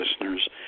listeners